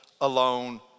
alone